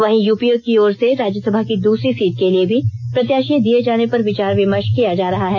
वहीं यूपीए की ओर से राज्यसभा की दूसरी सीट के लिए भी प्रत्याषी दिये जाने पर विचार विमर्ष किया जा रहा है